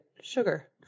sugar